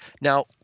Now